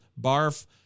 Barf